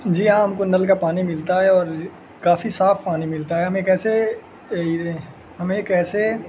جی ہاں ہم کو نل کا پانی ملتا ہے اور کافی صاف پانی ملتا ہے ہم ایک ایسے ہم ایک ایسے